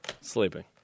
sleeping